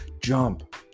jump